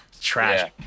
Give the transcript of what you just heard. Trash